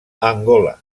angola